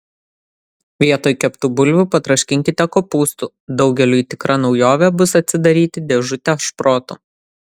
vietoj keptų bulvių patroškinkite kopūstų daugeliui tikra naujovė bus atsidaryti dėžutę šprotų